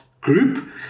group